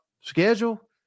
schedule